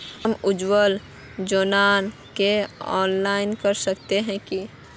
हम उज्वल योजना के अप्लाई कर सके है की?